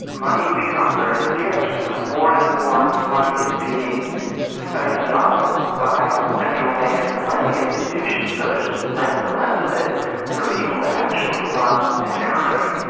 money's become very scarce, you know, more and more money is being siphoned off by central banks and lending institutions, so there's less and less of it for people to actually run an economy.